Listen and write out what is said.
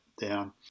down